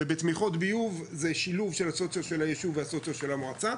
בתמיכות ביוב זה שילוב של הסוציו של הישוב והסוציו של המועצה.